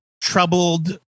troubled